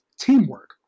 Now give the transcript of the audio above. teamwork